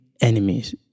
enemies